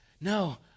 No